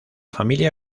familia